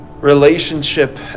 relationship